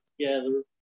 together